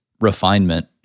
refinement